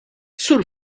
sur